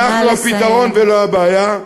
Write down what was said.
אנחנו הפתרון ולא הבעיה.